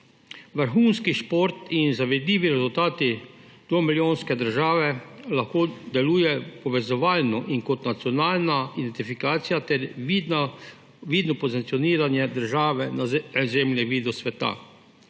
Vrhunski šport in zavidljivi rezultati dvemilijonske države lahko delujejo povezovalno in kot nacionalna identifikacija ter vidno pozicioniranje države na zemljevidu sveta.